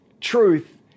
truth